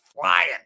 flying